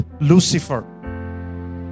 Lucifer